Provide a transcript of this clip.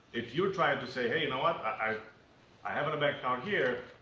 if you're trying to say, hey, you know what? i i have a bank account here.